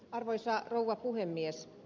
arvoisa rouva puhemies